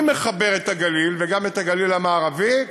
אני מחבר את הגליל וגם את הגליל המערבי.